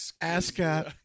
Ascot